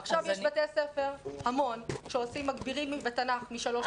עכשיו יש המון בתי ספר שמגבירים בתנ"ך משלוש לחמש.